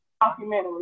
Documentary